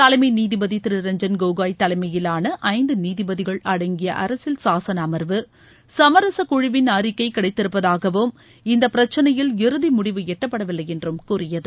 தலைமை நீதிபதி திரு ரஞ்சன் கோகோய் தலைமையிலான ஐந்து நீதிபதிகள் அடங்கிய அரசியல் சாசன சமரச குழுவின் அறிக்கை கிடைத்திருடீப்பதாகவும் இந்தப்பிரச்சினையில் இறுதி அமர்வு முடிவு எட்டப்படவில்லை என்றும் கூறியது